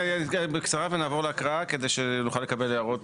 כן, בקצרה ונעבור להקראה כדי שנוכל לקבל הערות